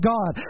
God